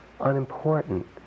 unimportant